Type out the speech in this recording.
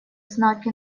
знаки